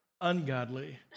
ungodly